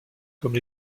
comme